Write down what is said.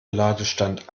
ladestand